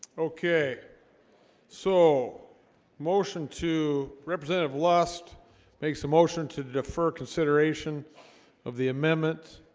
okay so motion to representative lust makes a motion to defer consideration of the amendment